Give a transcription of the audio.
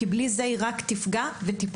כי בלי זה היא רק תפגע ותיפגע.